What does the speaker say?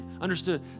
understood